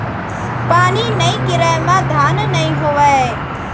पानी नइ गिरय म धान नइ होवय